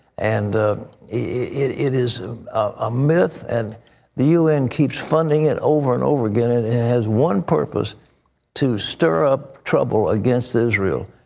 and it it is a myth. and the u n. keeps funding it over and over again. it it has one purpose to stir up trouble against israel.